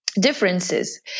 differences